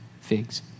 figs